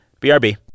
BRB